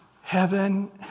heaven